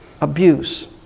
abuse